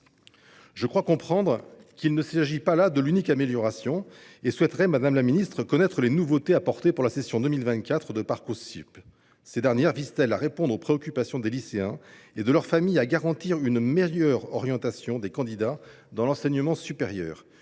Je crois comprendre qu’il ne s’agit pas là de l’unique amélioration. Je souhaiterais connaître, madame la ministre, les nouveautés apportées à Parcoursup pour la session 2024. Ces dernières visent elles à répondre aux préoccupations des lycéens et de leurs familles, et à garantir une meilleure orientation des candidats dans l’enseignement supérieur ?